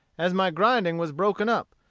as my grinding was broken up.